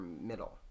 middle